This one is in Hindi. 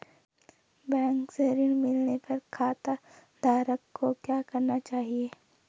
बैंक से ऋण मिलने पर खाताधारक को क्या करना चाहिए?